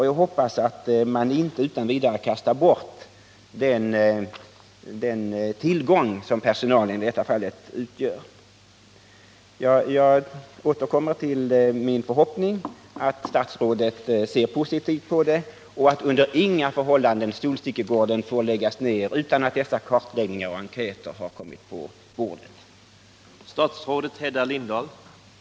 Jag hoppas att man inte utan vidare kastar bort den tillgång som personalen i detta fall utgör. Jag vill upprepa min förhoppning om att statsrådet ser positivt på denna fråga och att Solstickegården under inga förhållanden får läggas ned, utan att man först beaktat resultatet av dessa kartläggningar och enkäter.